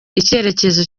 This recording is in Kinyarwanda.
icyerekezo